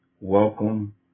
welcome